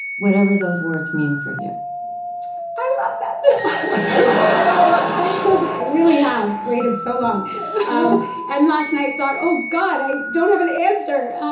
whatever those words mean for you i love that so much! i really have waited so long and, last night, thought, oh, god, i don't have an answer